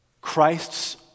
Christ's